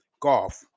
golf